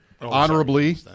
honorably